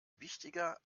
wichtiger